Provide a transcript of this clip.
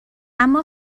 اما